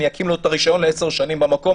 אני אקים לו את הרישיון ל-10 שנים במקום